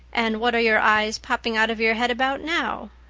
and what are your eyes popping out of your head about. now?